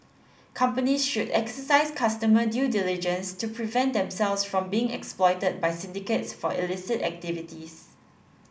companies should exercise customer due diligence to prevent themselves from being exploited by syndicates for illicit activities